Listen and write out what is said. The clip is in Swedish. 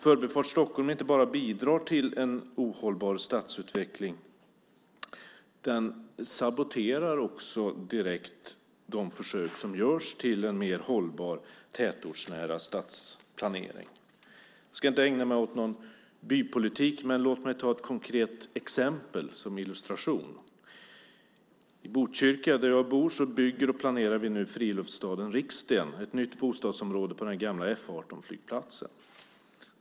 Förbifart Stockholm inte bara bidrar till en ohållbar stadsutveckling. Den saboterar också direkt de försök som görs till en mer hållbar tätortsnära stadsplanering. Jag ska inte ägna mig åt någon bypolitik, men låt mig ta ett konkret exempel som illustration. I Botkyrka, där jag bor, bygger och planerar vi nu friluftsstaden Riksten, ett nytt bostadsområde på den gamla F 18-flygplatsen.